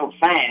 fans